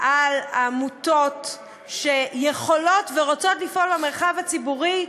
על העמותות שיכולות ורוצות לפעול במרחב הציבורי,